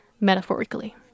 metaphorically